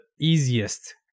easiest